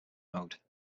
mode